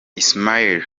ismail